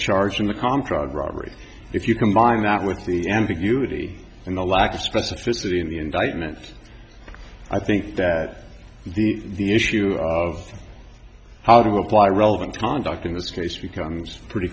charged in the contract robbery if you combine that with the ambiguity and the lack of specificity in the indictment i think that the issue of how to apply relevant conduct in this case becomes pretty